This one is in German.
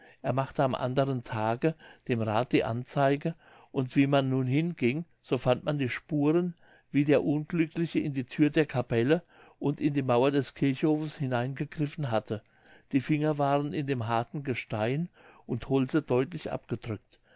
er machte am anderen tage dem rath die anzeige und wie man nun hinging so fand man die spuren wie der unglückliche in die thür der capelle und in die mauer des kirchhofs hineingegriffen hatte die finger waren in dem harten gestein und holze deutlich abgedrückt